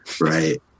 right